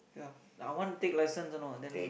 yeah I want take license you know then